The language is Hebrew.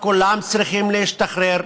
כולם צריכים לקבל.